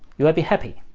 you will be happy.